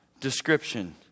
description